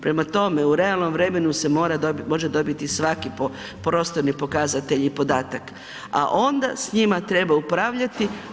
Prema tome, u realnom vremenu se može dobiti svaki prostorni pokazatelj i podatak, a onda s njima treba upravljati.